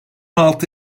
altı